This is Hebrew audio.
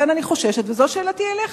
לכן אני חוששת, וזו שאלתי אליך.